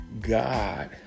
God